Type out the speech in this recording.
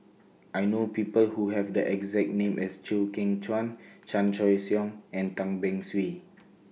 I know People Who Have The exact name as Chew Kheng Chuan Chan Choy Siong and Tan Beng Swee